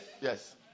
Yes